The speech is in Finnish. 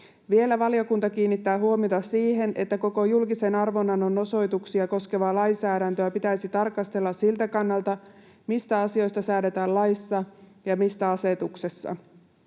Vielä valiokunta kiinnittää huomiota siihen, että koko julkisen arvonannon osoituksia koskevaa lainsäädäntöä pitäisi tarkastella siltä kannalta, mistä asioista säädetään laissa ja mistä asetuksessa.